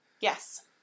Yes